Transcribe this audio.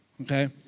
Okay